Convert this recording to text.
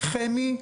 חמי,